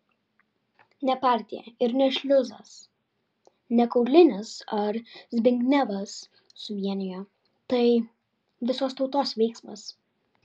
ne partija ir ne šliuzas ne kaulinis ar zbignevas suvienijo tai visos tautos veiksmas